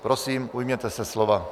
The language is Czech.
Prosím, ujměte se slova.